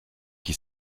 qui